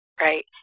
right